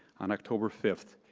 on october fifth,